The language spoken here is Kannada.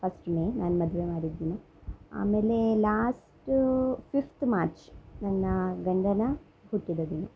ಫಸ್ಟ್ ಮೇ ನನ್ನ ಮದುವೆ ಮಾಡಿದ ದಿನ ಆಮೇಲೆ ಲಾಸ್ಟು ಫಿಫ್ತ್ ಮಾರ್ಚ್ ನನ್ನ ಗಂಡನ ಹುಟ್ಟಿದ ದಿನ